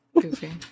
Goofy